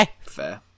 Fair